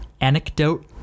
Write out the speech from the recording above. anecdote